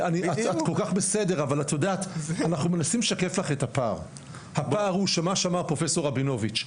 הפער הוא שמה שאמר פרופ' רבינוביץ,